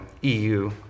EU